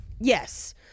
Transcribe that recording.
Yes